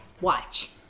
Watch